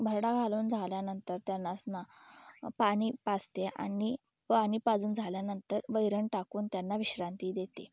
भरडा घालून झाल्यानंतर त्यांना स्ना पाणी पाजते आणि पाणी पाजून झाल्यानंतर वैरण टाकून त्यांना विश्रांती देते